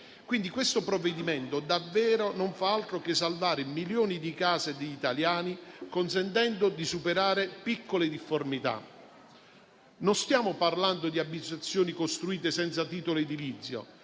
Quindi, questo provvedimento davvero non fa altro che salvare milioni di case degli italiani, consentendo di superare piccole difformità. Stiamo parlando non di abitazioni costruite senza titolo edilizio